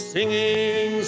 Singing